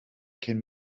cyn